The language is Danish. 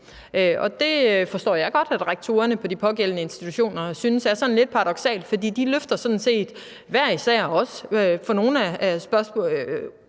og det forstår jeg godt rektorerne på de pågældende institutioner synes er sådan lidt paradoksalt, for de løfter sådan set ikke hver især en storbyfunktion